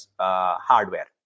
hardware